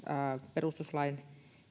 perustuslain